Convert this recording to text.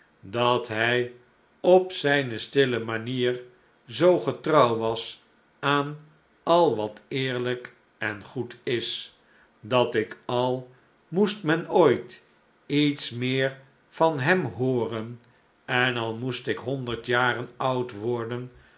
dat hij op zijne stille manier zoo getrouw was aan al wat eerlijk en goed is dat ik al moest men nooit iets meer van hem hooren en al moest ik honderd jaren oud worden